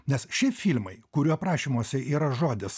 nes šie filmai kurių aprašymuose yra žodis